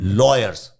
lawyers